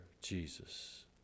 Jesus